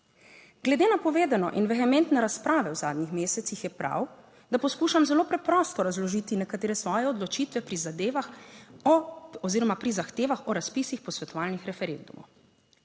Glede na povedano in vehementne razprave v zadnjih mesecih je prav, da poskušam zelo preprosto razložiti nekatere svoje odločitve pri zadevah oziroma pri zahtevah o razpisih posvetovalnih referendumov.